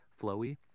flowy